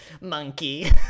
Monkey